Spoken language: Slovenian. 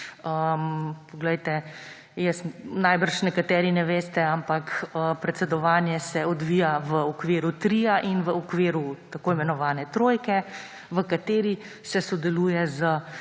realizirali, najbrž nekateri ne veste, ampak predsedovanje se odvija v okviru tria in v okviru tako imenovane trojke, v kateri se sodeluje s